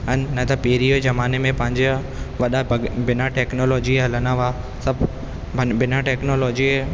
हा न त पहिरीं जमाने में पंहिंजा वॾा पग बिना टैक्नोलॉजीअ हलंदा हुआ सभु बिना टैक्नोलॉजी